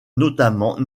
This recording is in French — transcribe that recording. notamment